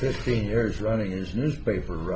fifteen years running as newspaper